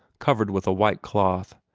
covered with a white cloth,